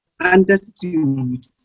understood